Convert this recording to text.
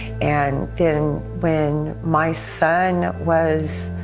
and then when my son was,